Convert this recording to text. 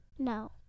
No